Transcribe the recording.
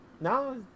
No